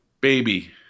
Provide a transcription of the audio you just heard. Baby